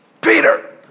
Peter